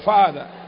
Father